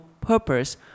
Purpose